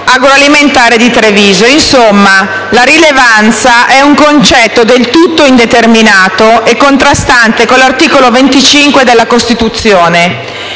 agroalimentare di Treviso. Insomma, la rilevanza è un concetto del tutto indeterminato e contrastante con l'articolo 25 della Costituzione.